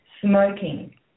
Smoking